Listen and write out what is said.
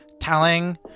telling